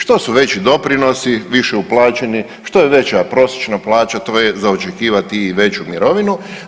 Što su veći doprinosi, više uplaćeni, što je veća prosječna plaća to je za očekivati i veću mirovinu.